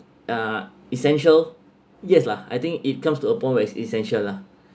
are essential yes lah I think it comes to a point where is essential lah